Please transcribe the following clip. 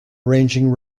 arranging